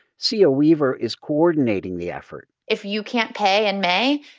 cea weaver is coordinating the effort if you can't pay in may,